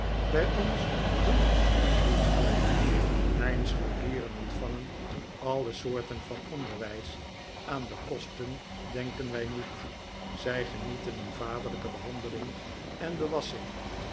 bij ons doen wij niets half mijn scholieren ontvangen alle soorten van onderwijs aan de kosten denken wij niet zij genieten een vaderlijke behandeling en